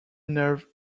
nerve